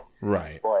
right